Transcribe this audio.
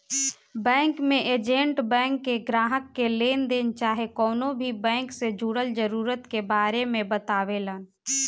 bank के agent bank के ग्राहक के लेनदेन चाहे कवनो भी बैंक से जुड़ल जरूरत के बारे मे बतावेलन